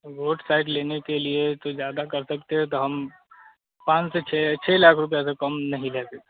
road side लेने के लिए तो ज़्यादा कर सकते हैं तो हम पाँच से छः छः लाख रुपया से कम नहीं लगेगा